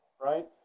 Right